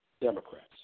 Democrats